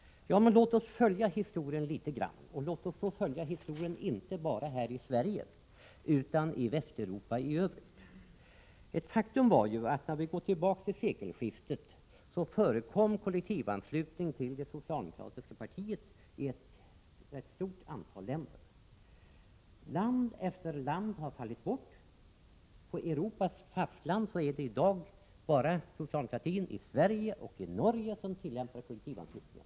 Ja, låt oss följa historien litet grand och då inte bara här i Sverige utan också i Västeuropa i övrigt. Faktum är att det vid sekelskiftet i ett rätt stort antal länder förekom kollektivanslutning till de socialdemokratiska partierna. Land efter land har fallit bort. På Europas fastland är det i dag bara socialdemokratin i Sverige och i Norge som tillämpar kollektivanslutning.